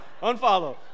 unfollow